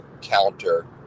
counter